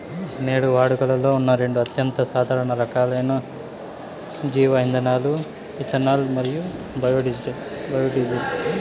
నేడు వాడుకలో ఉన్న రెండు అత్యంత సాధారణ రకాలైన జీవ ఇంధనాలు ఇథనాల్ మరియు బయోడీజిల్